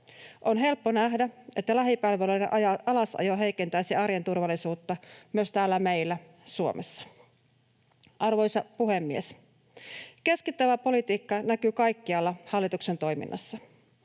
On helppo nähdä, että lähipalveluiden alasajo heikentäisi arjen turvallisuutta myös täällä meillä Suomessa. Arvoisa puhemies! Keskittävä politiikka näkyy kaikkialla hallituksen toiminnassa.